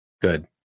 good